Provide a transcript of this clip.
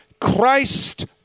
Christ